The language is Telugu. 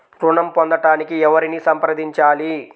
ఋణం పొందటానికి ఎవరిని సంప్రదించాలి?